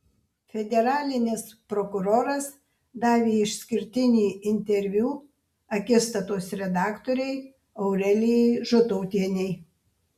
federalinis prokuroras davė išskirtinį interviu akistatos redaktorei aurelijai žutautienei